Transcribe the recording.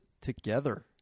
together